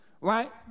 right